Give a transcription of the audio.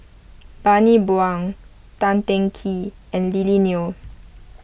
Bani Buang Tan Teng Kee and Lily Neo